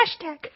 Hashtag